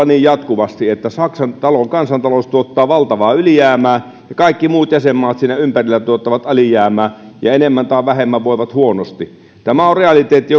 niin jatkuvasti että saksan kansantalous tuottaa valtavaa ylijäämää ja kaikki muut jäsenmaat siinä ympärillä tuottavat alijäämää ja enemmän tai vähemmän voivat huonosti tämä on realiteetti